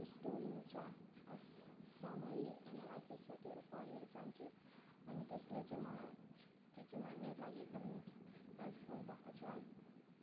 story हुन्छ summary analysis हो त्योहरू पढेर जान्छु अनि त्यसले चाहिँ मलाई त्यो चाहिँ मेरो लागि एकदम हेल्पफुल भएको छ